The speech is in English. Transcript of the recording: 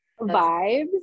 vibes